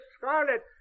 scarlet